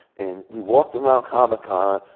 and we walked around comic con,